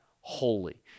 holy